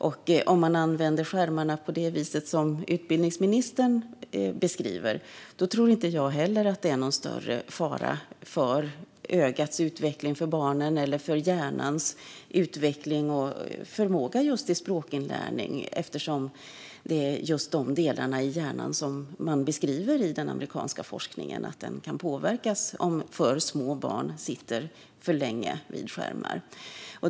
Om skärmarna används på det vis som utbildningsministern beskriver tror inte jag heller att det är någon större fara för barnen när det gäller ögats utveckling eller hjärnans utveckling och förmåga till språkinlärning, som är de delar som beskrivs i den amerikanska forskningen och som kan påverkas om alltför små barn sitter för länge vid skärmar.